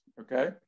okay